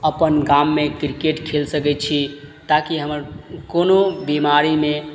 अपन गाममे क्रिकेट खेल सकय छी ताकि हमर कोनो बीमारीमे